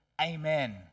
Amen